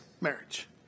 marriage